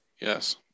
Yes